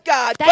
God